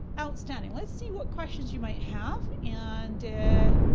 outstanding. let's see what questions you might have and